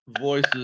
voices